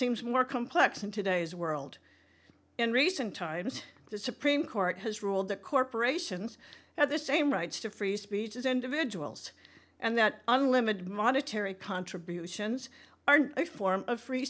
seems more complex in today's world in recent times the supreme court has ruled that corporations now the same rights to free speech as individuals and that unlimited monetary contributions aren't a form of free